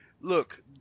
look